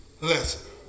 Listen